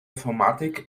informatik